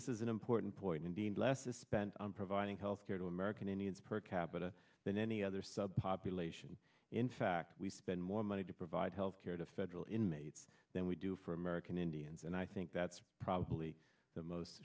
this is an important point indeed less is spent on providing health care to american indians per capita than any other sub population in fact we spend more money to provide health care to federal inmates than we do for american indians and i think that's probably the most